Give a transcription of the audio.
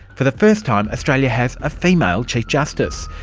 for the first time, australia has a female chief justice.